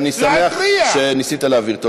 ואני שמח שניסית להבהיר.